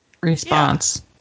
response